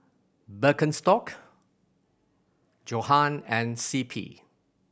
Birkenstock Johan and C P